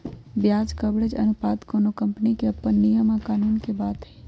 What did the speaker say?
ब्याज कवरेज अनुपात कोनो कंपनी के अप्पन नियम आ कानून के बात हई